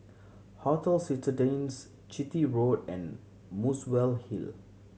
Hotel Citadines Chitty Road and Muswell Hill